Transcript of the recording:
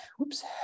Oops